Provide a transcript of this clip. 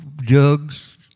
jugs